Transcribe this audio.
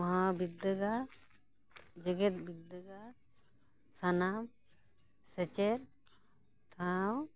ᱢᱟᱦᱟ ᱵᱤᱫᱽᱫᱟᱹᱜᱟᱲ ᱡᱮᱜᱮᱫ ᱵᱤᱫᱽᱫᱟᱹᱜᱟᱲ ᱥᱟᱱᱟᱢ ᱥᱮᱪᱮᱫ ᱴᱷᱟᱶ